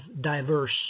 diverse